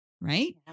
Right